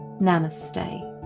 Namaste